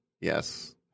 yes